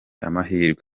amahirwe